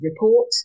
report